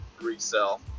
resell